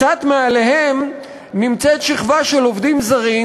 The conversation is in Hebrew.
קצת מעליהם נמצאת שכבה של עובדים זרים,